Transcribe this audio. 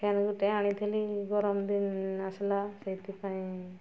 fan ଗୋଟେ ଆଣିଥିଲି ଗରମ ଦିନ ଆସିଲା ସେଇଥିପାଇଁ